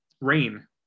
rain